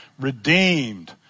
redeemed